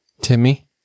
Timmy